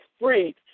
free